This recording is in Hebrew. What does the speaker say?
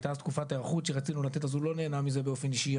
הייתה אז תקופת היערכות שרצינו לתת אז הוא לא נהנה מזה באופן אישי.